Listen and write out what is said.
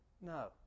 No